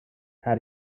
how